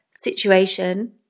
situation